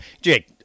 Jake